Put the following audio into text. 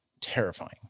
Terrifying